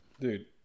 Dude